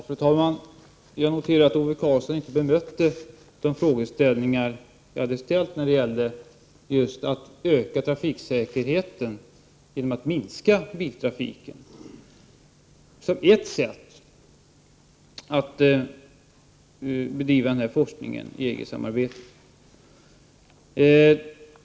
Fru talman! Jag noterar att Ove Karlsson inte bemötte de frågor jag hade ställt när det gällde att öka trafiksäkerheten genom att minska biltrafiken. Det är ett sätt att bedriva den här forskningen i EG-samarbetet.